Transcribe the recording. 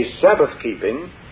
Sabbath-keeping